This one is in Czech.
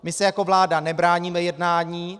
My se jako vláda nebráníme jednání.